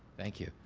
thank you.